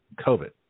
COVID